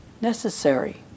necessary